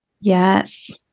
Yes